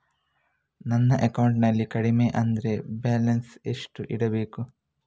ನನ್ನ ಅಕೌಂಟಿನಲ್ಲಿ ಕಡಿಮೆ ಅಂದ್ರೆ ಬ್ಯಾಲೆನ್ಸ್ ಎಷ್ಟು ಇಡಬೇಕು?